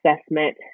assessment